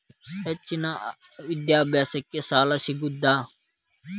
ಹೆಚ್ಚಿನ ವಿದ್ಯಾಭ್ಯಾಸಕ್ಕ ಸಾಲಾ ಸಿಗ್ತದಾ?